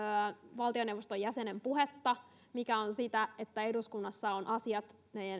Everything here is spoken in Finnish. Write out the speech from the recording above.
valtioneuvoston jäsenen puhetta mikä on sitä että eduskunnassa ovat asiat